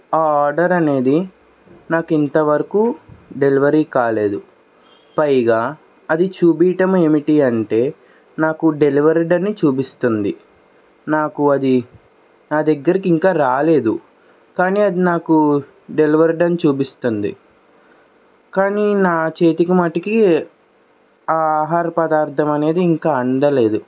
ఆ ఆర్డర్ అనేది నాకు ఇంతవరకు డెలివరీ కాలేదు పైగా అది చూపియటం ఏమిటి అంటే నాకు డెలివెర్డ్ అని చూపిస్తుంది నాకు అది నా దగ్గరికి ఇంకా రాలేదు కానీ అది నాకు డెలివెర్డ్ అని చూపిస్తుంది కానీ నా చేతికి మాటికి ఆ ఆహార పదార్థం అనేది ఇంకా అందలేదు